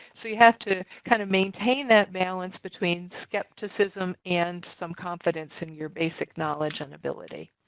so you have to kind of maintain that balance between skepticism and some confidence in your basic knowledge and ability.